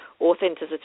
Authenticity